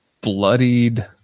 bloodied